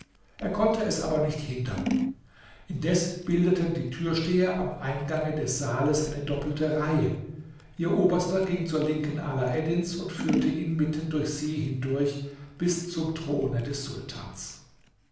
er konnte es aber nicht hindern indes bildeten die türsteher am eingange des saales eine doppelte reihe ihr oberster ging zur linken alaeddins und führte ihn mitten durch sie hindurch bis zum throne des sultans